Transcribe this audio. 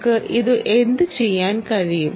നമുക്ക് ഇത് എന്തുചെയ്യാൻ കഴിയും